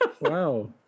wow